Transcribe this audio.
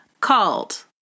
called